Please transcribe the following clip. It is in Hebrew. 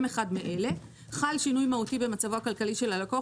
אחד מאלה: (1) חל שינוי מהותי במצבו הכלכלי של הלקוח,